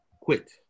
Quit